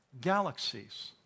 Galaxies